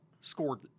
scored